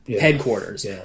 headquarters